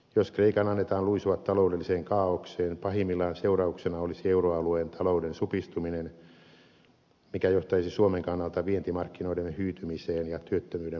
jos kreikan annetaan luisua taloudelliseen kaaokseen pahimmillaan seurauksena olisi euroalueen talouden supistuminen mikä johtaisi suomen kannalta vientimarkkinoiden hyytymiseen ja työttömyyden pahenemiseen